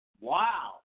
Wow